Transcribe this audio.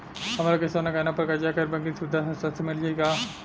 हमरा के सोना गहना पर कर्जा गैर बैंकिंग सुविधा संस्था से मिल जाई का?